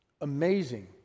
amazing